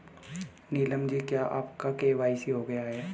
नीलम जी क्या आपका के.वाई.सी हो गया है?